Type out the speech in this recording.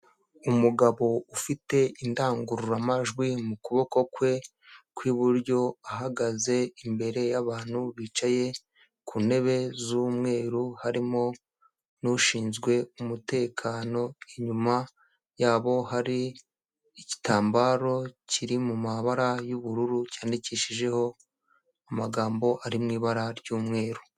Umugabo ufite indangururamajwi mu kuboko kwe kw'iburyo ahagaze imbere y'abantu bicaye ku ntebe z'umweru harimo n'ushinzwe umutekano, inyuma yabo hari igitambaro kiri mu mabara y'ubururu cyandikishijeho amagambo ari mu ibara ry'umweru.